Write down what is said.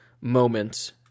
moment